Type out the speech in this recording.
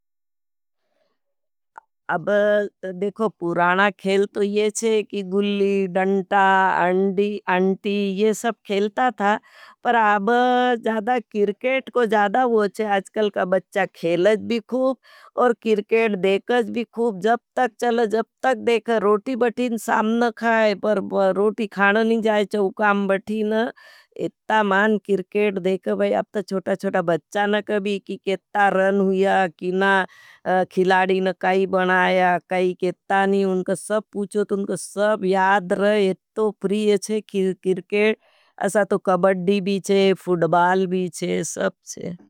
अब देखो पुराना खेल तो ये चे की गुली, डंटा, अंडी, अंटी ये सब खेलता था। पर अब ज़्यादा किरकेट को ज़्यादा वो चे आजकल का बच्चा खेलज भी खूब और किरकेट देखज भी खूब जब तक चल जब तक देख। रोटी बठीन सामन न खाय पर रोटी खाना नहीं जाएचा। उकाम बठीन इत्ता महान किरकेट देख भाई आप तो चोटा चोटा बच्चा न कभी कि कित्ता रन हुया। किना खिलाडी न काई बनाया, काई कित्ता नहीं। उनको सब पूछो तो उनको सब याद रहे इत्तो प्रिये चे किरकेट, असा त कबड्डी भी छे फ़ुटबाल भी छे सब छे।